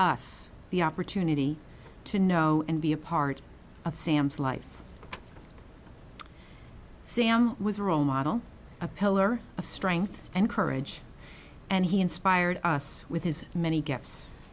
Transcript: us the opportunity to know and be a part of sam's life sam was a role model a pillar of strength and courage and he inspired us with his many gifts